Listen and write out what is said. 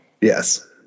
Yes